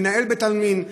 מנהל בית-עלמין,